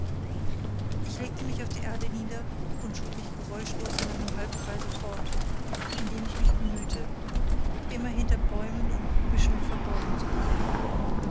ich legte mich auf die erde nieder und schob mich geräuschlos in einem halbkreise fort indem ich mich bemühte immer hinter bäumen und büschen verborgen zu bleiben